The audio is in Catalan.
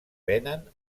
venen